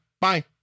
Bye